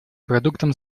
продуктом